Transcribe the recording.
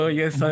yes